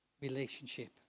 relationship